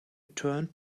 turned